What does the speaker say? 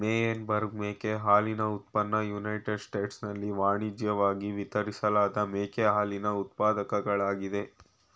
Meyenberg ಮೇಕೆ ಹಾಲಿನ ಉತ್ಪನ್ನ ಯುನೈಟೆಡ್ ಸ್ಟೇಟ್ಸ್ನಲ್ಲಿ ವಾಣಿಜ್ಯಿವಾಗಿ ವಿತರಿಸಲಾದ ಮೇಕೆ ಹಾಲಿನ ಉತ್ಪಾದಕಗಳಾಗಯ್ತೆ